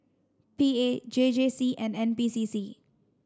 P A J J C and N P C C